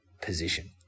position